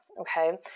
okay